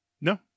No